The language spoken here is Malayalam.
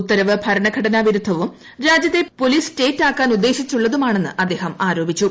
ഉത്തരവ് ഭരണഘടനാ വിരുദ്ധവും രാജ്യത്തെ പോലീസ് സ്റ്റേറ്റാക്കാൻ ഉദ്ദേശിച്ചിട്ടുള്ളതുമാണെന്നും അദ്ദേഹം ആരോപിച്ചു